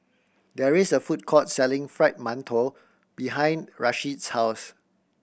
there is a food court selling Fried Mantou behind Rasheed's house